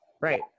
Right